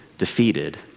Defeated